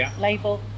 label